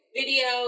video